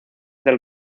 del